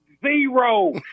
Zero